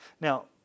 Now